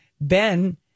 Ben